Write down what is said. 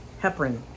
heparin